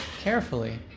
carefully